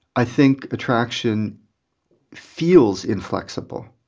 i think attraction feels inflexible,